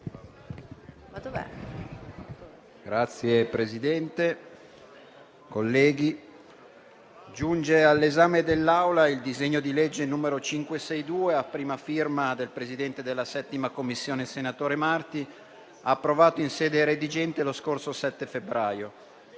Signora Presidente, colleghi, giunge all'esame dell'Aula il disegno di legge n. 562, a prima firma del presidente della 7a Commissione, senatore Marti, approvato in sede redigente lo scorso 7 febbraio.